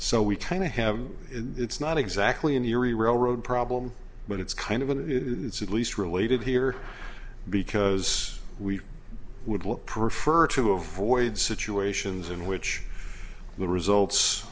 so we kind of have it's not exactly an eerie railroad problem but it's kind of it it's at least related here because we would look prefer to avoid situations in which the results